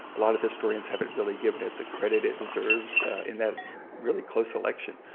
a lot of historians haven't really given it the credit it deserves in that really close election.